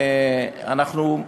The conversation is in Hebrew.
אנחנו,